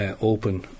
open